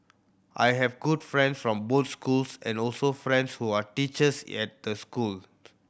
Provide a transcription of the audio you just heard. I have good friend from both schools and also friends who are teachers at the schools